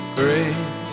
great